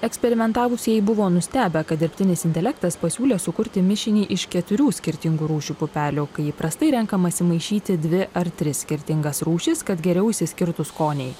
eksperimentavusieji buvo nustebę kad dirbtinis intelektas pasiūlė sukurti mišinį iš keturių skirtingų rūšių pupelių kai įprastai renkamasi maišyti dvi ar tris skirtingas rūšis kad geriau išsiskirtų skoniai